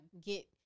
get